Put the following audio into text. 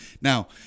Now